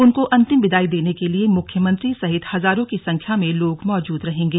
उनको अंतिम विदाई देने के लिए मुख्यमंत्री सहित हजारों की संख्या में लोग मौजूद रहेंगे